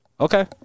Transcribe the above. Okay